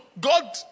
God